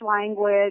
language